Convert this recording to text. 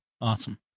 Awesome